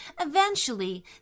Eventually